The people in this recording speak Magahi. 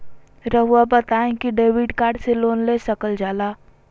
रहुआ बताइं कि डेबिट कार्ड से लोन ले सकल जाला?